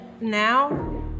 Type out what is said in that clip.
now